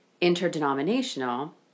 interdenominational